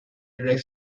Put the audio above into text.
red